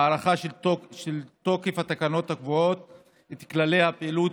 הארכה של תוקף התקנות הקובעות את כללי הפעילות